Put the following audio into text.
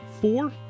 four